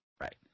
Right